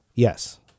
yes